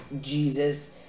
Jesus